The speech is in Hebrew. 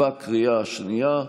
בקריאה השנייה.